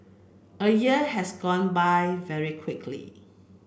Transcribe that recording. a year has gone by very quickly